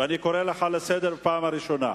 ואני קורא לך לסדר בפעם הראשונה.